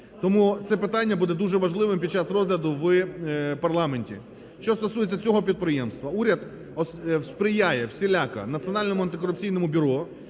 Тому це питання буде дуже важливим під час розгляду в парламенті. Що стосується цього підприємства, уряд сприяє всіляко Національному антикорупційному бюро